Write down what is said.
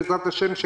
בעזרת השם,